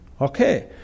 Okay